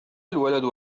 الولد